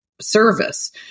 service